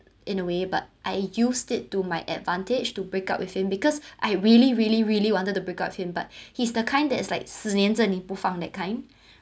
in a way but I used it to my advantage to break up with him because I really really really wanted to break up with him but he's the kind that's like 死黏着你不放 that kind